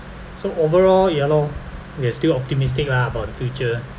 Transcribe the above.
so overall ya lor we're still optimistic lah about the future